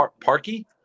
Parky